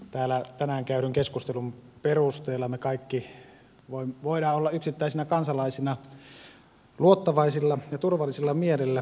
täällä tänään käydyn keskustelun perusteella me kaikki voimme olla yksittäisinä kansalaisina luottavaisella ja turvallisella mielellä